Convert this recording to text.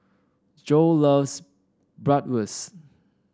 Joe loves Bratwurst